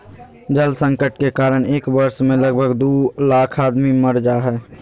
जल संकट के कारण एक वर्ष मे लगभग दू लाख आदमी मर जा हय